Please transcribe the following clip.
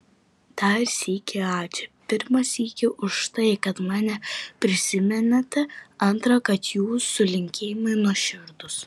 dar sykį ačiū pirmą sykį už tai kad mane prisiminėte antrą kad jūsų linkėjimai nuoširdūs